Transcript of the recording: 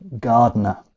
Gardener